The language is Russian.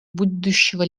будущего